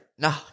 No